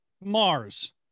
Mars